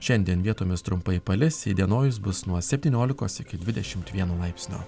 šiandien vietomis trumpai palis įdienojus bus nuo septyniolikos iki dvidešimt vieno laipsnio